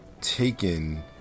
taken